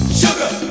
sugar